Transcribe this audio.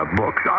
books